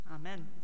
Amen